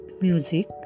music